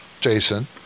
Jason